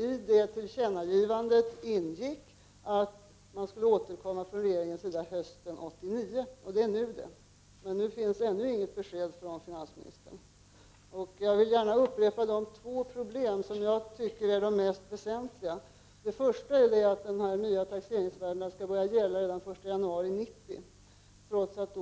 I det tillkännagivandet ingick också att man skulle återkomma från regeringens sida hösten 1989. Det är nu. Men fortfarande har inget besked kommit från finansministern. Jag vill gärna upprepa de två problem som jag tycker är de mest väsentliga. Det första problemet är att de nya taxeringsvärdena skall börja gälla redan den 1 januari 1990, trots att